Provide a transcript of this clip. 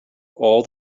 all